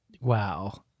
Wow